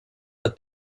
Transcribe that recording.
but